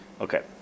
Okay